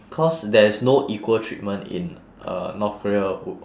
cause there's no equal treatment in uh north korea